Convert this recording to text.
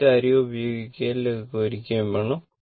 ഈ കാര്യം ഉപയോഗിക്കുകയും ലഘൂകരിക്കുകയും വേണം